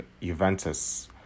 Juventus